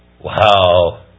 Wow